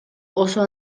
oso